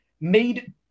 made